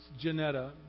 Janetta